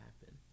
happen